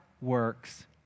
works